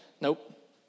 nope